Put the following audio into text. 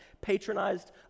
patronized